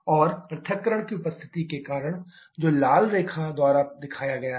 और पृथक्करण की उपस्थिति के कारण जो लाल रेखा द्वारा दिखाया गया है